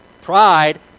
pride